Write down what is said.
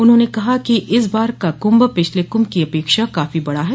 उन्होंने कहा कि इस बार का कुंभ पिछले कुंभ की अपेक्षा काफी बड़ा है